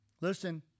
Listen